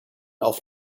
auf